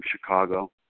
Chicago